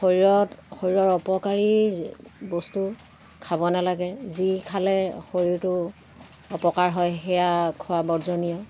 শৰীৰত শৰীৰৰ অপকাৰী বস্তু খাব নালাগে যি খালে শৰীৰটো অপকাৰ হয় সেয়া খোৱা বৰ্জনীয়